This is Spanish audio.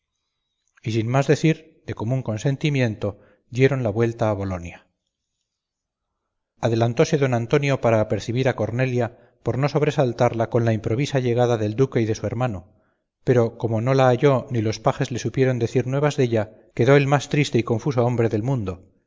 y sin más decir de común consentimiento dieron la vuelta a bolonia adelantóse don antonio para apercebir a cornelia por no sobresaltarla con la improvisa llegada del duque y de su hermano pero como no la halló ni los pajes le supieron decir nuevas della quedó el más triste y confuso hombre del mundo